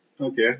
Okay